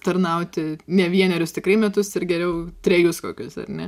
tarnauti ne vienerius tikrai metus ir geriau trejus kokius ar ne